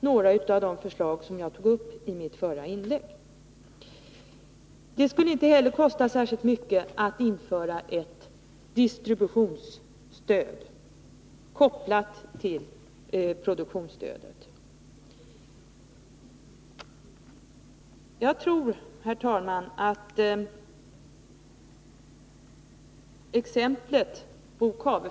Därmed skulle en kvalitativt högtstående bokutgivning kunna räddas. Inte heller skulle det kosta särskilt mycket att införa ett distributionsstöd kopplat till produktionsstödet. Herr talman!